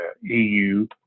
EU